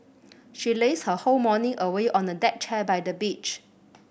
she lazed her whole morning away on a deck chair by the beach